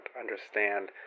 understand